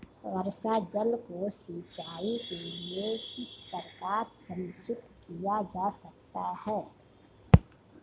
वर्षा जल को सिंचाई के लिए किस प्रकार संचित किया जा सकता है?